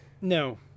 No